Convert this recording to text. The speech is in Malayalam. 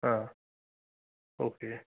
ആ ഓക്കെ